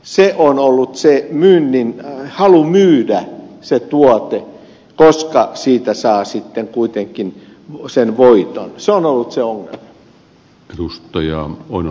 mutta joka tapauksessa se halu myydä se tuote koska siitä saa sitten kuitenkin sen voiton on ollut se ongelma